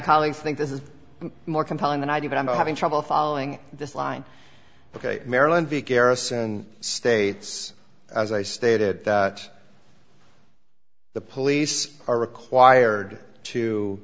colleagues think this is more compelling than i do but i'm having trouble following this line because maryland v kerrison states as i stated that the police are required to